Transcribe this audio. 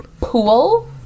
pool